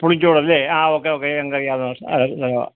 പുളിഞ്ചോടല്ലേ ആ okay okay ഞങ്ങൾക്കറിയാവുന്ന സ്ഥലവാണ് സ്ഥലവാണ്